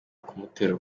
kumuterura